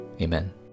Amen